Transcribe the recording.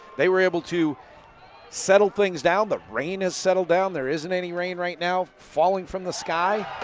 they were able to settle things down. the rain has settled down. there isn't any rain right now falling from the sky.